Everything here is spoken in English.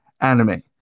anime